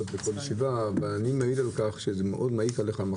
שהמחסור מעיק עליך מאוד.